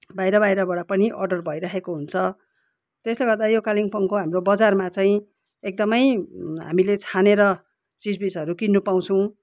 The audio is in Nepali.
बाहिर बाहिराबाट पनि अर्डर भइरहेको हुन्छ त्यसले गर्दा यो कालिम्पोङको हाम्रो बजारमा चाहिँ एकदमै हामीले छानेर चिजबिजहरू किन्नु पाउँछौँ